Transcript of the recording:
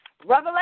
revelation